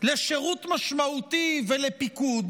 לשירות משמעותי ולפיקוד,